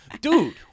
Dude